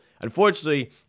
unfortunately